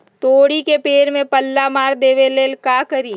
तोड़ी के पेड़ में पल्ला मार देबे ले का करी?